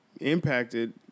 impacted